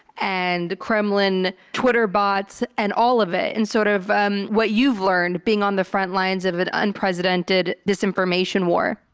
and the kremlin twitter bots and all of it, and sort of um what you've learned being on the front lines of an unprecedented disinformation war?